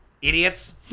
Idiots